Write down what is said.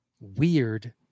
Weird